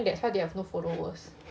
that's why they have no followers